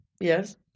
Yes